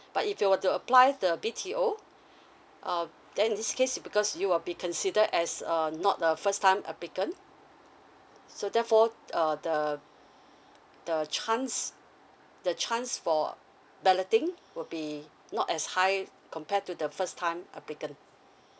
but if you were to apply the B_T_O uh then this case because you will be consider as uh not a first time applicant so therefore uh the the chance the chance for balloting would be not as high compared to the first time applicant